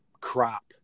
crop